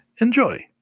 enjoy